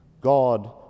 God